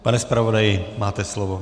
Pane zpravodaji, máte slovo.